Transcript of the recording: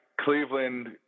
Cleveland